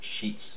sheets